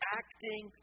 acting